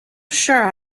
sure